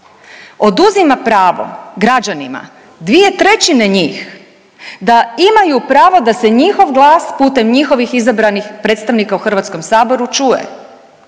Oduzima pravo građanima dvije trećine njih da imaju pravo da se njihov glas putem njihovih izabranih predstavnika u HS čuje.